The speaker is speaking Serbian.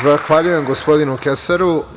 Zahvaljujem gospodinu Kesaru.